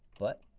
but